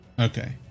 okay